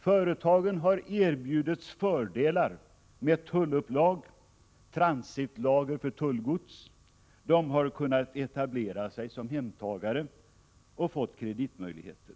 Företagen har erbjudits fördelar med tullupplag och transitlager för tullgods, de har kunnat etablera sig som hemtagare och fått kreditmöjligheter.